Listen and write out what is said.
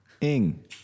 ing